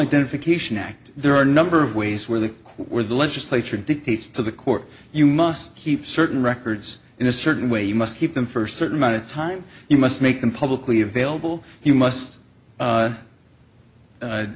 identification act there are a number of ways where the court where the legislature dictates to the court you must keep certain records in a certain way you must keep them for certain amount of time you must make them publicly available you must